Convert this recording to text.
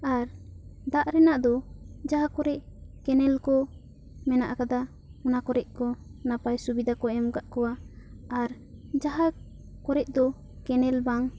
ᱟᱨ ᱫᱟᱜ ᱨᱮᱱᱟᱜ ᱫᱚ ᱡᱟᱦᱟᱸ ᱠᱚᱨᱮ ᱠᱮᱱᱮᱞ ᱠᱚ ᱢᱮᱱᱟᱜᱼᱟ ᱟᱠᱟᱫᱟ ᱚᱱᱟ ᱠᱚᱨᱮ ᱠᱚ ᱱᱟᱯᱟᱭ ᱥᱩᱵᱤᱫᱷᱟ ᱠᱚ ᱮᱢ ᱟᱠᱟᱫ ᱠᱚᱣᱟ ᱟᱨ ᱡᱟᱦᱟᱸ ᱠᱚᱨᱮ ᱫᱚ ᱠᱮᱱᱮᱞ ᱵᱟᱝ